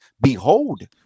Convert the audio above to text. behold